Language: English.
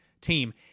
team